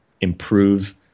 improve